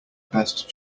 best